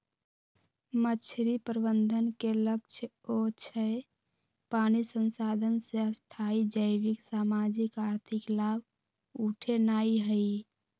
मछरी प्रबंधन के लक्ष्य अक्षय पानी संसाधन से स्थाई जैविक, सामाजिक, आर्थिक लाभ उठेनाइ हइ